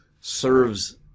serves